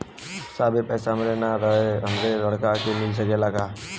साहब ए पैसा हमरे ना रहले पर हमरे लड़का के मिल सकेला का?